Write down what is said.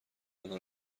آنها